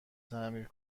تعمیر